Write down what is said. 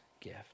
gift